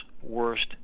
worst